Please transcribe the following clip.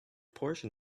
portion